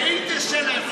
שהיא תשלם.